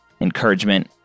encouragement